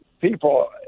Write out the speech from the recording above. people